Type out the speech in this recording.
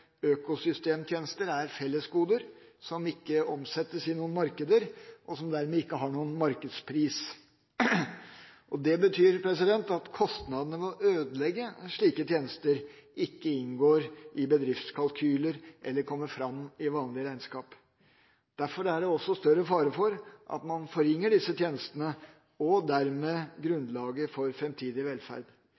økosystemtjenester er fellesgoder som ikke omsettes i noen markeder, og som dermed ikke har noen markedspris. Det betyr at kostnadene ved å ødelegge slike tjenester ikke inngår i bedriftskalkyler eller kommer fram i vanlige regnskap. Derfor er det også større fare for at man forringer disse tjenestene, og dermed grunnlaget for framtidig velferd.